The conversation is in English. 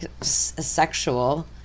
sexual